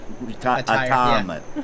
retirement